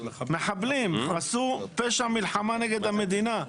מחבלים עשו פשע מלחמה נגד המדינה,